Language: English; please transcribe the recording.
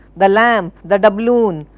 the lamp, the doubloon,